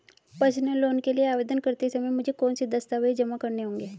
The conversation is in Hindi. पर्सनल लोन के लिए आवेदन करते समय मुझे कौन से दस्तावेज़ जमा करने होंगे?